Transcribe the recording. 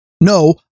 No